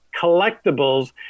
collectibles